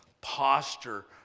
posture